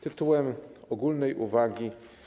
Tytułem ogólnej uwagi.